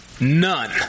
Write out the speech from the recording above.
none